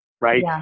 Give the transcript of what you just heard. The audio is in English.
right